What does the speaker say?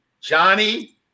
Johnny